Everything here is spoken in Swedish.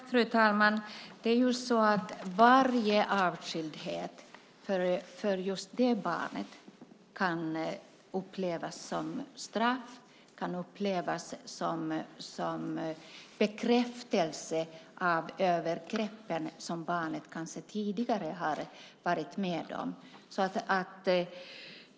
Fru talman! Varje avskildhet kan för just det barnet upplevas som straff, som bekräftelse av övergrepp som barnet kanske tidigare har varit med om.